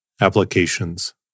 Applications